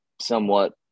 somewhat